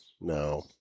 No